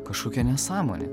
kažkokia nesąmonė